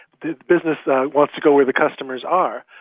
the business wants to go where the customers are,